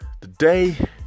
Today